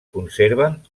conserven